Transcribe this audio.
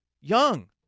Young